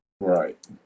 Right